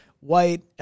white